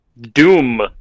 Doom